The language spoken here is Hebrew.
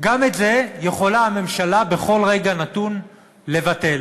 גם את זה יכולה הממשלה בכל רגע נתון לבטל,